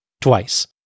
Twice